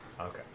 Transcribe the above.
Okay